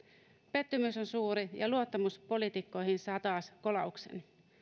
pettymys on suuri ja luottamus poliitikkoihin saa taas kolauksen